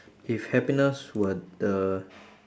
if happiness were the